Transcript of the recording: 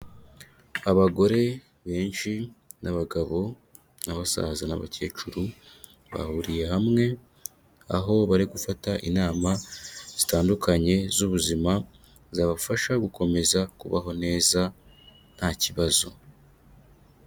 Abagore benshi n'abagabo n'abasaza n'abakecuru bahuriye hamwe, aho bari gufata inama zitandukanye z'ubuzima zabafasha gukomeza kubaho neza nta kibazo.